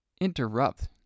interrupt